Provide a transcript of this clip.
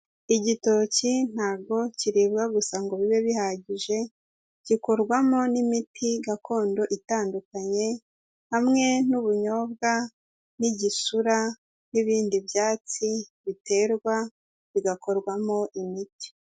Igitoki ntabwo kiribwa gusa ngo bibe bihagije, gikorwamo n'imiti gakondo itandukanye, hamwe n'ubunyobwa, n'igisura n'ibindi byatsi biterwa bigakorwamo imiti.